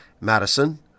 Madison